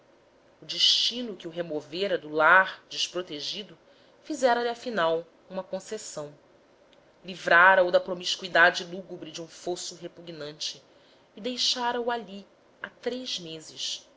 o destino que o removera do lar desprotegido fizera-lhe afinal uma concessão livrara o da promiscuidade lúgubre de um fosso repugnante e deixara o ali há três meses